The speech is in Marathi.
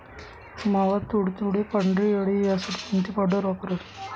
मावा, तुडतुडे, पांढरी अळी यासाठी कोणती पावडर वापरावी?